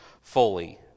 fully